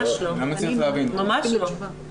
לא, ממש לא.